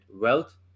wealth